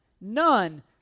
none